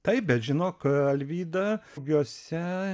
taip bet žinok alvyda juose